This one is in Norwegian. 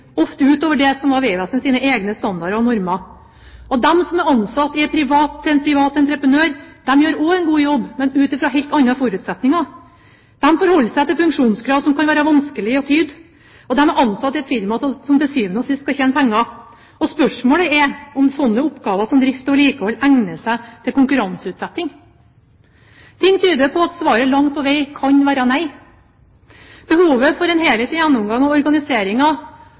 ofte utover det som var Vegvesenets egne standarder og normer. De som er ansatt hos en privat entreprenør, gjør også en god jobb, men ut fra helt andre forutsetninger. De forholder seg til funksjonskrav som kan være vanskelige å tyde, og de er ansatt i et firma som til sjuende og sist skal tjene penger. Spørsmålet er om oppgaver som drift og vedlikehold egner seg til konkurranseutsetting. Ting tyder på at svaret langt på vei kan være nei. Behovet for en helhetlig gjennomgang av